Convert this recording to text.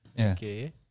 Okay